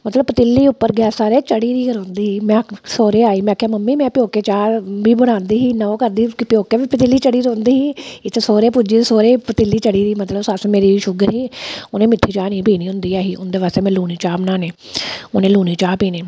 मतलब पतीली उप्पर गैसा दे चढ़ी दी गै रौंह्दी ही में सौह्रे आई में आखेआ मम्मी मे प्यौके चाह् बी बनांदी इन्ना ओह् करदी ही प्यौके बी पतीली चढ़ी दी रौंह्दी ही इत्थै सौह्रे पुज्जी सौह्रे बी पतीली चढ़ी दी मतलब सस्स मेरी गी शूगर ही उ'नें मिट्ठी चाह् नेईं ही पीनी होंदी ऐ ही उं'दे आस्तै में लूनी चाह् बनानी उ'नें लूनी चाह् पीनी